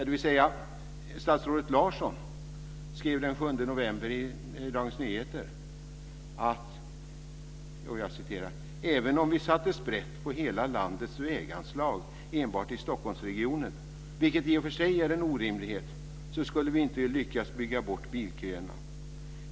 Dock skrev statsrådet Larsson den 7 november 1999 i Dagens Nyheter: "Även om vi satte sprätt på hela landets väganslag enbart i stockholmsregionen vilket i och för sig är en orimlighet skulle vi inte lyckas bygga bort bilköerna.